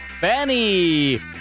Benny